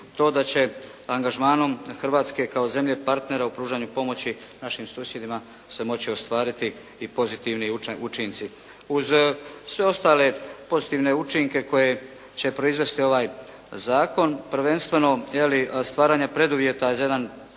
to da će angažmanom Hrvatske kao zemlje partnera u pružanju pomoći našim susjedima se moći ostvariti i pozitivni učinci. Uz sve ostale pozitivne učinke koje će proizvesti ovaj zakon prvenstveno je li stvaranja preduvjeta za jedan